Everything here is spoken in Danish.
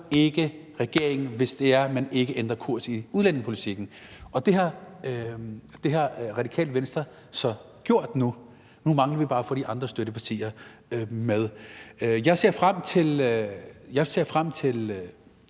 regeringen, hvis man ikke ændrer kurs i udlændingepolitikken. Og det har Radikale Venstre så gjort nu – nu mangler vi bare at få de andre støttepartier med. Jeg ser frem til udvalgsbehandlingen,